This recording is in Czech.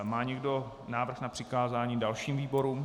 Má někdo návrh na přikázání dalšímu výboru?